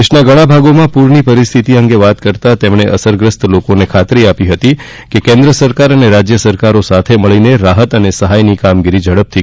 દેશના ઘણા ભાગોમાં પુરની પરિસ્થિતિ અંગે વાત કરતાં તેમણે અસરગ્રસ્ત લોકોને ખાતરી આપી હતી કે કેન્દ્ર સરકાર અને રાજય સરકારો સાથે મળીને રાહત અને સહાયની કામગીરી ઝડપથી કરી રહી છે